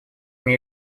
мне